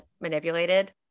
manipulated